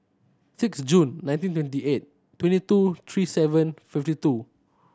six June nineteen twenty eight twenty two three seven fifty two